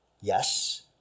Yes